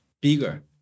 bigger